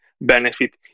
Benefit